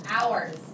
Hours